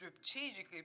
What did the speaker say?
strategically